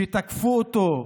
שתקפו אותו,